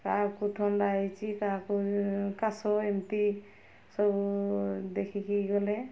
କାହାକୁ ଥଣ୍ଡା ହୋଇଛି କାହାକୁ କାଶ ଏମିତି ସବୁ ଦେଖିକି ଗଲେ